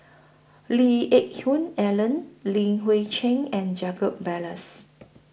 Lee Geck Hoon Ellen Li Hui Cheng and Jacob Ballas